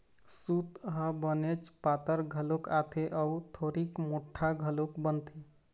सूत ह बनेच पातर घलोक आथे अउ थोरिक मोठ्ठा घलोक बनथे